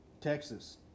Texas